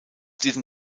diesem